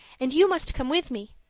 and you must come with me.